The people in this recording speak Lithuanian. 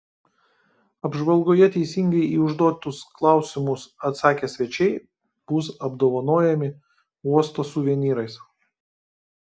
apžvalgoje teisingai į užduotus klausimus atsakę svečiai bus apdovanojami uosto suvenyrais